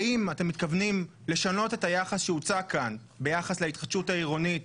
האם אתם מתכוונים לשנות את היחס שהוצג כאן ביחס להתחדשות העירונית,